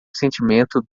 sentimento